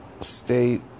state